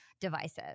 devices